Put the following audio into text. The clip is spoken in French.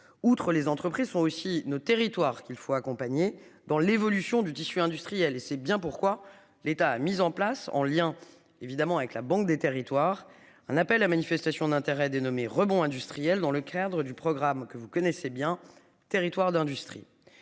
Outre les entreprises sont aussi nos territoires qu'il faut accompagner dans l'évolution du tissu industriel et c'est bien pourquoi l'État a mis en place en lien, évidemment avec la banque des territoires. Un appel à manifestation d'intérêt dénommé rebond industriel dans le cadre du programme que vous connaissez bien territoires d'industrie